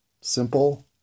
Simple